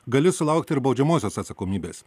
gali sulaukti ir baudžiamosios atsakomybės